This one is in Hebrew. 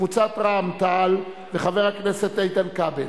קבוצת רע"ם-תע"ל וחבר הכנסת איתן כבל.